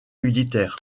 militaire